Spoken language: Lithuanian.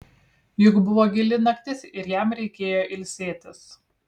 juk buvo gili naktis ir jam reikėjo ilsėtis